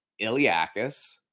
iliacus